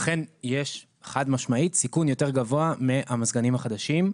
אכן יש חד משמעית סיכון יותר גבוה מהמזגנים החדשים,